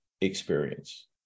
experience